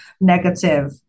negative